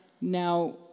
Now